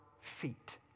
feet